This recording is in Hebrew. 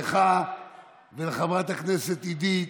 לך ולחברת הכנסת עידית